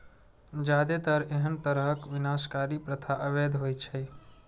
जादेतर एहन तरहक विनाशकारी प्रथा अवैध होइ छै